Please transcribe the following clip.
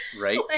Right